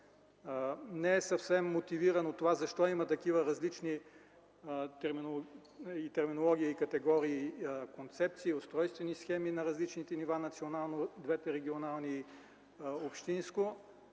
Не е съвсем мотивирано това защо има различни терминологии и категории концепции, устройствени схеми на различните нива – национално, двете регионални, общинско.